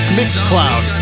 MixCloud